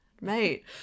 mate